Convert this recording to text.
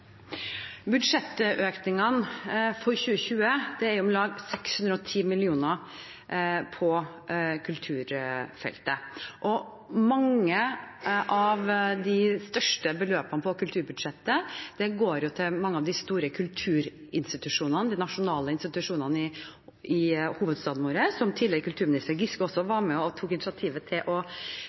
Budsjettøkningene for 2020 er om lag 610 mill. kr på kulturfeltet, og mange av de største beløpene på kulturbudsjettet går til mange av de store kulturinstitusjonene, de nasjonale institusjonene i hovedstaden vår, som tidligere kulturminister Giske også var med og tok initiativet til